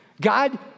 God